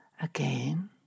again